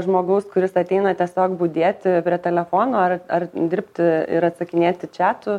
žmogaus kuris ateina tiesiog budėti prie telefono ar ar dirbti ir atsakinėti čiatu